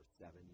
seven